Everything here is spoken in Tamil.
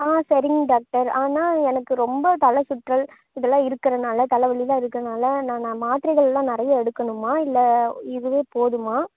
ஆ சரிங்க டாக்டர் ஆனால் எனக்கு ரொம்ப தலை சுற்றல் இதெல்லாம் இருக்கிறதுனால தலைவலிலாம் இருக்கிறதுனால நான் மாத்திரைகளெலாம் நிறைய எடுக்கணுமா இல்லை இதுவே போதுமா